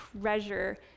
treasure